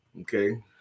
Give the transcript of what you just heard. Okay